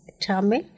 Tamil